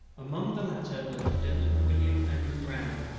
among the latter were lieutenant william andrew ram,